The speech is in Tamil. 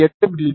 8 மி